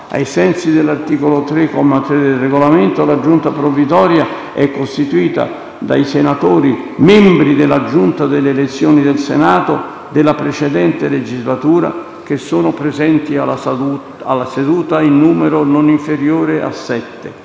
Ai sensi dell'articolo 3, comma 3, del Regolamento, la Giunta provvisoria è costituita dai senatori membri della Giunta delle elezioni del Senato della Repubblica della precedente legislatura che sono presenti alla seduta, in numero non inferiore a